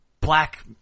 black